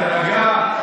תירגע.